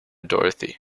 dorothy